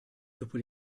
dopo